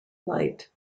light